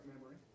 memory